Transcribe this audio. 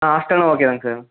ஆ ஹாஸ்ட்டலும் ஓகே தாங்க சார்